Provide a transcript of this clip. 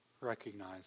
recognize